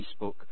Facebook